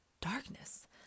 darkness